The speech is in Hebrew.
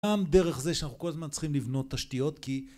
גם דרך זה שאנחנו כל הזמן צריכים לבנות תשתיות כי...